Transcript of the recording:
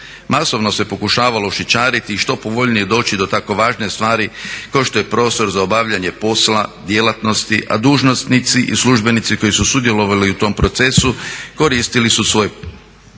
Masovno se pokušavalo šićariti i što povoljnije doći do tako važne stvari kao što je prostor za obavljanje posla, djelatnosti a dužnosnici i službenici koji su sudjelovali u tom procesu koristili su svoj